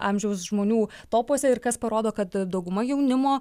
amžiaus žmonių topuose ir kas parodo kad dauguma jaunimo